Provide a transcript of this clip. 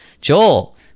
Joel